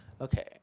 Okay